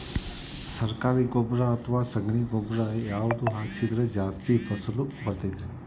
ಸರಕಾರಿ ಗೊಬ್ಬರ ಅಥವಾ ಸಗಣಿ ಗೊಬ್ಬರ ಯಾವ್ದು ಹಾಕಿದ್ರ ಜಾಸ್ತಿ ಫಸಲು ಬರತೈತ್ರಿ?